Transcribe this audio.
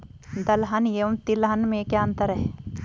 दलहन एवं तिलहन में क्या अंतर है?